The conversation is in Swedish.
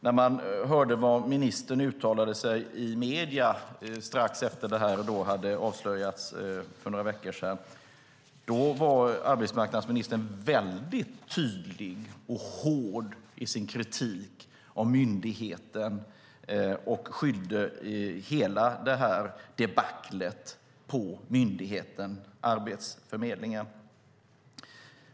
När ministern uttalade i sig medierna strax efter att detta hade avslöjats för några veckor sedan var arbetsmarknadsministern väldigt tydlig och hård i sin kritik av myndigheten och skyllde hela debaclet på myndigheten Arbetsförmedlingen.